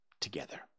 together